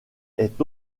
est